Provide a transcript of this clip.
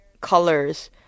colors